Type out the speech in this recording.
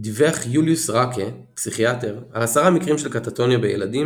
דיווח יוליוס ראקה פסיכיאטר על עשרה מקרים של קטטוניה בילדים